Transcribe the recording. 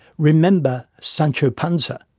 remember sancho panza.